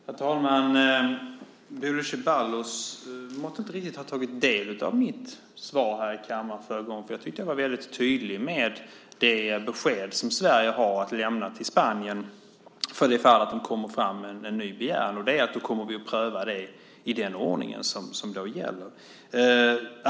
Herr talman! Bodil Ceballos måtte inte riktigt ha tagit del av mitt svar här i kammaren förra gången. Jag tycker att jag var väldigt tydlig med det besked som Sverige har att lämna till Spanien för det fall att de kommer med en ny begäran, och det är att den kommer att bli prövad i den ordning som då gäller.